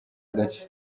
gace